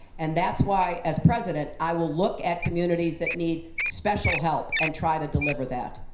and that's why, as president, i will look at communities that need special help and try to deliver that.